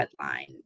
headline